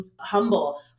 humble